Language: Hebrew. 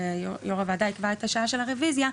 יו"ר הוועדה יקבע את השעה של הרוויזיה,